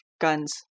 guns